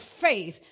faith